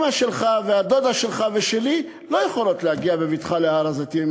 אימא שלך והדודה שלך ושלי לא יכולות להגיע בבטחה להר-הזיתים,